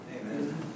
Amen